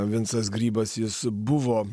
vincas grybas jis buvo